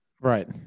Right